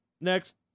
Next